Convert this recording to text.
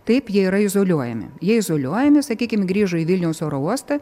taip jie yra izoliuojami jie izoliuojami sakykim grįžo į vilniaus oro uostą